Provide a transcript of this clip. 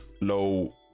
low